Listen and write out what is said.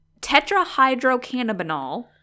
tetrahydrocannabinol